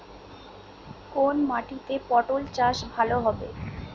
কোন মাটিতে পটল চাষ ভালো হবে?